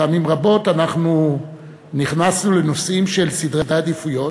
פעמים רבות אנחנו נכנסנו לנושאים של סדרי עדיפויות,